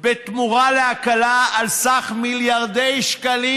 בתמורה להקלה על סך מיליארדי שקלים,